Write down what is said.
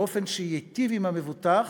באופן שייטיב עם המבוטח,